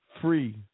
free